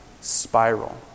spiral